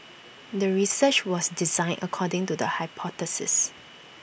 the research was designed according to the hypothesis